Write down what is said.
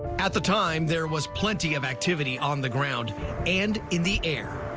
at the time, there was plenty of activity on the ground and in the air.